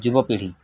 ଯୁବ ପିଢ଼ୀ